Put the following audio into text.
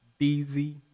DZ